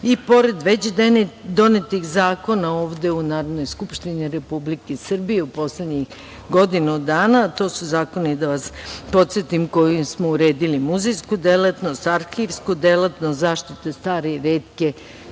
i pored već donetih zakona, ovde, u Narodnoj skupštini Republike Srbije u poslednjih godinu dana, to su zakoni, da vas podsetim, kojim smo uredili muzejsku delatnost, arhivsku delatnost, zaštitu stare i retke